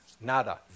nada